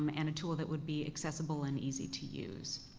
um and a tool that would be accessible and easy to use.